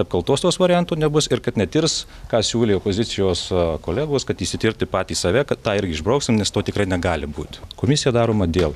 apkaltos tos variantų nebus ir kad netirs ką siūlė opozicijos kolegos kad išsitirti patys save kad tą irgi išbrauksim nes to tikrai negali būti komisija daroma dėl